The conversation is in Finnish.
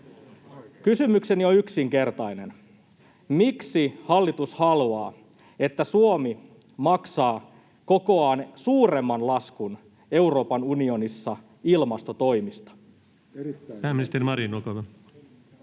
Kysymykseni on yksinkertainen: miksi hallitus haluaa, että Suomi maksaa kokoaan suuremman laskun Euroopan unionissa ilmastotoimista?